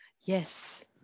yes